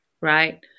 right